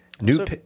New